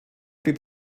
blieb